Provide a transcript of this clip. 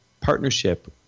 partnership